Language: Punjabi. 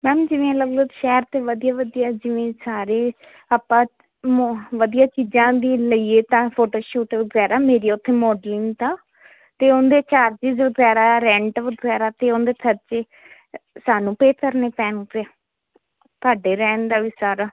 ਮੈਮ ਜਿਵੇਂ ਅਲੱਗ ਅਲੱਗ ਸ਼ਹਿਰ ਤੇ ਵਧੀਆ ਵਧੀਆ ਜਿਵੇਂ ਸਾਰੇ ਆਪਾਂ ਵਧੀਆ ਚੀਜ਼ਾਂ ਦੇ ਲਈਏ ਤਾਂ ਫੋਟੋਸ਼ੂਟ ਵਗੈਰਾ ਮੇਰੀ ਉਥੇ ਮੋਡਲਿੰਗ ਦਾ ਤੇ ਉਹਦੇ ਚਾਰਜਿਸ ਵਗੈਰਾ ਰੈਂਟ ਵਗੈਰਾ ਤੇ ਉਹਦੇ ਖਰਚੇ ਸਾਨੂੰ ਪੇ ਕਰਨੇ ਪੈਣਗੇ ਤੁਹਾਡੇ ਰਹਿਣ ਦਾ ਵੀ ਸਾਰਾ